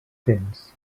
tens